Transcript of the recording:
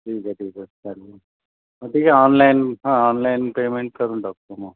ठीक आहे ठीक आहे चालेल मग ठीक आहे ऑनलाईन हां ऑलाईन पेमेंट करून टाकतो मग